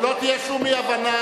שלא תהיה שום אי-הבנה.